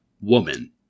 woman